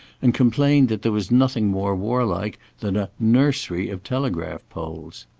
and complained that there was nothing more warlike than a nursery of telegraph poles.